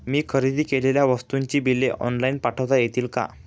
मी खरेदी केलेल्या वस्तूंची बिले ऑनलाइन पाठवता येतील का?